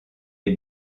les